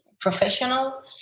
professional